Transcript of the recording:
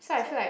true